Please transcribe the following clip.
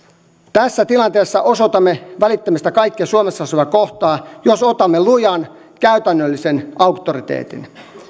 tässä tilanteessa osoitamme välittämistä kaikkia suomessa asuvia kohtaan jos otamme lujan käytännöllisen auktoriteetin